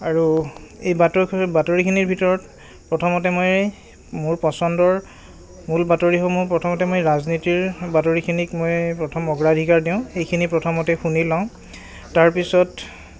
আৰু এই বাতৰি বাতৰিখিনিৰ ভিতৰত প্ৰথমতে মই মোৰ পচন্দৰ মূল বাতৰিসমূহ প্ৰথমতে মই ৰাজনীতিৰ বাতৰিখিনিক মই প্ৰথম অগ্ৰাধিকাৰ দিওঁ এইখিনি প্ৰথমতে শুনি লওঁ তাৰপিছত